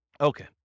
Okay